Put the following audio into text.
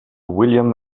william